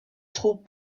trou